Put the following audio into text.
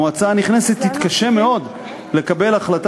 המועצה הנכנסת תתקשה מאוד לקבל החלטה